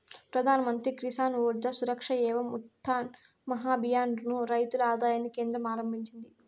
ప్రధాన్ మంత్రి కిసాన్ ఊర్జా సురక్ష ఏవం ఉత్థాన్ మహాభియాన్ ను రైతుల ఆదాయాన్ని కేంద్రం ఆరంభించింది